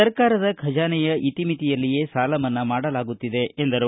ಸರ್ಕಾರದ ಖಜಾನೆಯ ಇತಿ ಮಿತಿಯಲ್ಲಿಯೇ ಸಾಲ ಮನ್ನಾ ಮಾಡಲಾಗುತ್ತಿದೆ ಎಂದರು